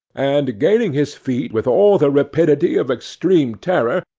and, gaining his feet with all the rapidity of extreme terror,